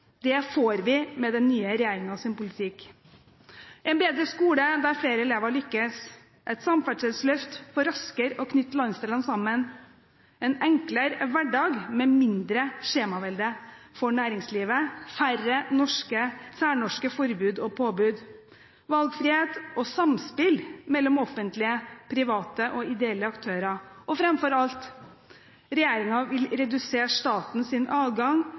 Det får vi med den nye regjeringens politikk – en bedre skole der flere elever lykkes, et samferdselsløft for raskere å knytte landsdelene sammen, en enklere hverdag med mindre skjemavelde for næringslivet, færre særnorske forbud og påbud, valgfrihet og samspill mellom offentlige, private og ideelle aktører. Og framfor alt: Regjeringen vil redusere statens adgang